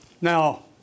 Now